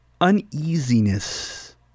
uneasiness